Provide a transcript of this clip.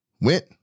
went